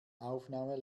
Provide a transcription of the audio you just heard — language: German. aufnahme